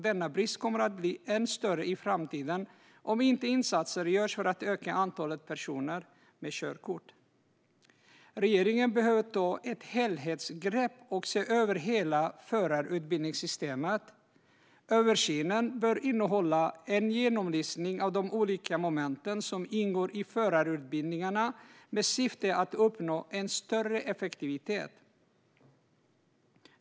Denna brist kommer att bli ännu större i framtiden om inte insatser görs för att öka antalet personer med körkort. Regeringen behöver ta ett helhetsgrepp och se över hela förarutbildningssystemet. Översynen bör innehålla en genomlysning av de olika moment som ingår i förarutbildningarna med syfte att uppnå en större effektivitet.